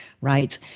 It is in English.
right